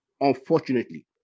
unfortunately